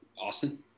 Austin